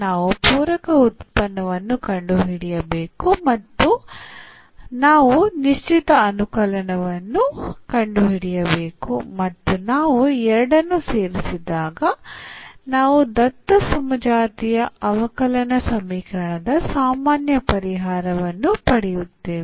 ನಾವು ಪೂರಕ ಉತ್ಪನ್ನವನ್ನು ಕಂಡುಹಿಡಿಯಬೇಕು ಮತ್ತು ನಾವು ನಿಶ್ಚಿತ ಅನುಕಲನವನ್ನು ಕಂಡುಹಿಡಿಯಬೇಕು ಮತ್ತು ನಾವು ಎರಡನ್ನು ಸೇರಿಸಿದಾಗ ನಾವು ದತ್ತ ಸಮಜಾತೀಯ ಅವಕಲನ ಸಮೀಕರಣದ ಸಾಮಾನ್ಯ ಪರಿಹಾರವನ್ನು ಪಡೆಯುತ್ತೇವೆ